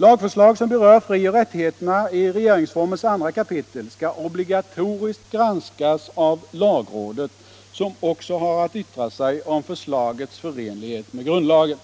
Lagförslag som berör frioch rättigheterna i 2 kap. regeringsformen skall obligatoriskt granskas av lagrådet, som också har att yttra sig om förslagets förenlighet med grundlagen.